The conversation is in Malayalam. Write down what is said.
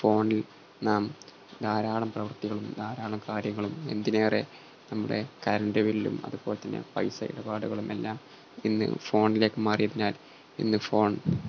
ഫോണിൽ നാം ധാരാളം പ്രവർത്തികളും ധാരാളം കാര്യങ്ങളും എന്തിനേറെ നമ്മുടെ കരണ്ട് ബില്ലും അതു പോലെ തന്നെ പൈസ ഇടപാടുകളും എല്ലാം ഇന്ന് ഫോണിലേക്ക് മാറിയതിനാൽ ഇന്ന് ഫോൺ